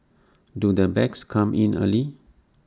do the bags come in early